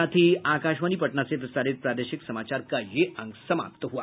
इसके साथ ही आकाशवाणी पटना से प्रसारित प्रादेशिक समाचार का ये अंक समाप्त हुआ